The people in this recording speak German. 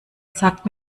sagt